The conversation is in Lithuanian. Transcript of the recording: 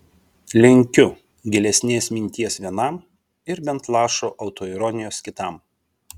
linkiu gilesnės minties vienam ir bent lašo autoironijos kitam